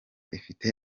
ifite